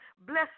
bless